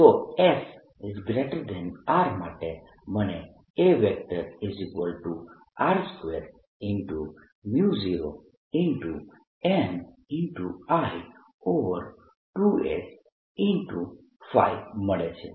તો SR માટે મને AR20nI2s મળે છે